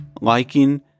liking